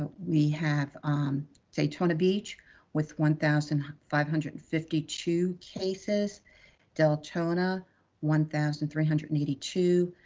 but we have um daytona beach with one thousand five hundred and fifty two cases deltona one thousand three hundred and eighty two,